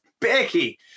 Becky